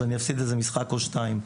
אז אני אורחק למשחק או שניים.